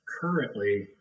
currently